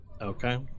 Okay